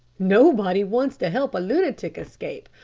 nobody wants to help a lunatic escape,